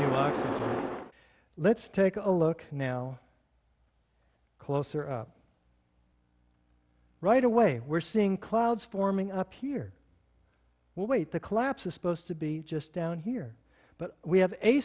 was let's take a look now closer up right away we're seeing clouds forming up here well wait the collapse is supposed to be just down here but we have